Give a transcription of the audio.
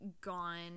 gone